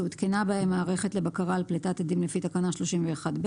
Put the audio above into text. שהותקנה בהם מערכת לבקרה על פליטת אדים לפי תקנה 31(ב),